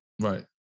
Right